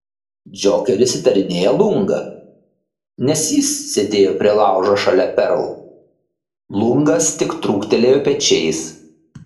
džokeris įtarinėja lungą nes jis sėdėjo prie laužo šalia perl lungas tik trūktelėjo pečiais